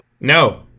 No